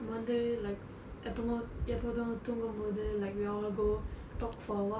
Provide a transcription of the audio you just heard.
வந்து:vanthu like எப்போமோ எப்போது தூங்கும்போது:eppomo eppothu thungumpothu we all go talk for awhile